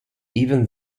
even